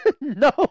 No